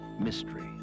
mystery